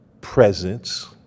presence